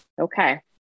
Okay